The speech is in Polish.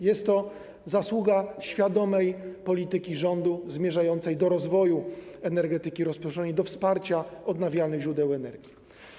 Jest to zasługa świadomej polityki rządu mającej na celu rozwój energetyki rozproszonej i wsparcie odnawialnych źródeł energii.